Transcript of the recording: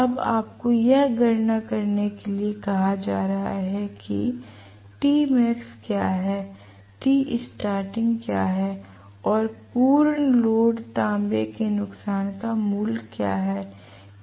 अब आपको यह गणना करने के लिए कहा जा रहा है कि Tmax क्या है Tstarting क्या है और पूर्ण लोड तांबे के नुकसान का मूल्य क्या है